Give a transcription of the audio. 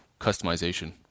customization